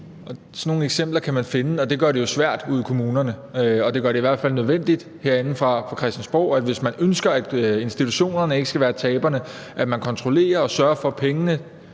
Sådan nogle eksempler kan man finde, og det gør det jo svært ude i kommunerne, og det gør det i hvert fald nødvendigt, at man herinde fra Christiansborg – hvis man ønsker, at institutionerne ikke skal være taberne – kontrollerer og sørger for, at pengene